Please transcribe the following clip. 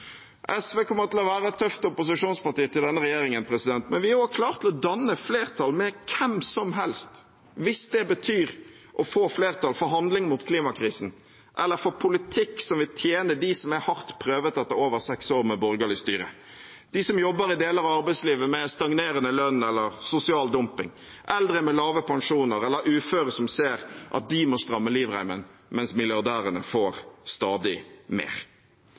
SV kommer til å være et tøft opposisjonsparti til denne regjeringen, men vi er også klare til å danne flertall med hvem som helst hvis det betyr å få flertall for handling mot klimakrisen eller for en politikk som vil tjene dem som er hardt prøvet etter over seks år med borgerlig styre: de som jobber i deler av arbeidslivet med stagnerende lønn eller sosial dumping, eldre med lave pensjoner eller uføre som ser at de må stramme inn livremmen, mens milliardærene får stadig mer.